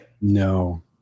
No